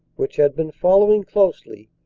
which had been follow ing closely,